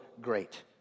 great